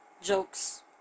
jokes